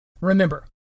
remember